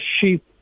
sheep